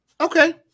Okay